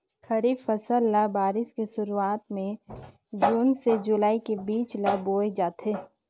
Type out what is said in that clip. खरीफ फसल ल बारिश के शुरुआत में जून से जुलाई के बीच ल बोए जाथे